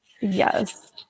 yes